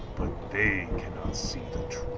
but they cannot see